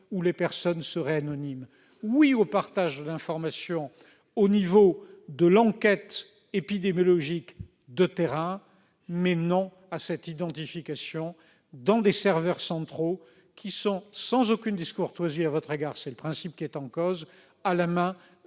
oui au partage d'information au stade de l'enquête épidémiologique de terrain, mais non à cette identification dans des serveurs centraux, qui- je le dis sans aucune discourtoisie à votre égard : c'est le principe qui est en cause -sont à la main du ministère